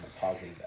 positive